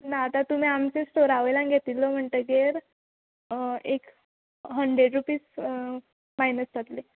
ना आतां तुमी आमचे स्टोरा वयल्यान घेतिल्लो म्हणटकीर एक हंड्रेड रुपीस मायनस जातले